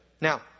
Now